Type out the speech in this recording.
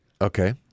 Okay